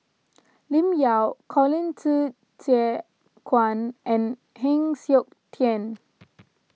Lim Yau Colin Qi Zhe Quan and Heng Siok Tian